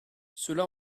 cela